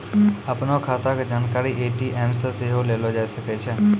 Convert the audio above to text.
अपनो खाता के जानकारी ए.टी.एम से सेहो लेलो जाय सकै छै